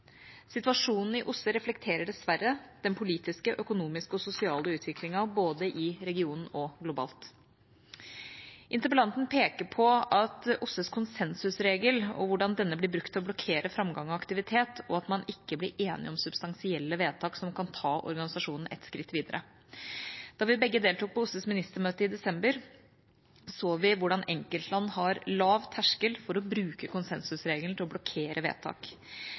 Situasjonen i OSSE reflekterer dessverre den politiske, økonomiske og sosiale utviklingen både i regionen og globalt. Interpellanten peker på OSSEs konsensusregel og hvordan denne blir brukt til å blokkere framgang og aktivitet, og at man ikke blir enige om substansielle vedtak som kan ta organisasjonen et skritt videre. Da vi begge deltok på OSSEs ministermøte i desember, så vi hvordan enkeltland har lav terskel for å bruke konsensusregelen til å blokkere vedtak.